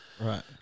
right